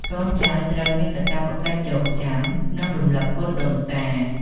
កូនចៅត្រូវមានកាតព្វកិច្ចចងចាំ និងរំលឹកគុណដូនតា។